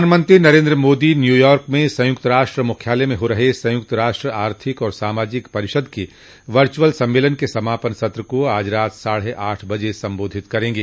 प्रधानमंत्री नरेन्द्र मोदी न्यूयार्क में संयुक्त राष्ट्र मुख्यालय में हो रहे संयुक्तष्ट राष्ट्र आर्थिक और सामाजिक परिषद के वर्चुअल सम्मेलन के समापन सत्र को आज रात साढे आठ बजे संबोधित करेंगे